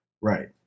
right